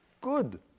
good